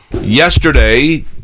yesterday